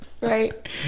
Right